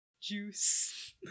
Juice